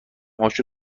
هاشو